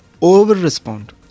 over-respond